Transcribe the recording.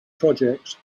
projects